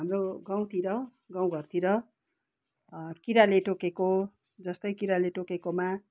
हाम्रो गाउँतिर गाउँघरतिर किराले टोकेको जस्तै किराले टोकेकोमा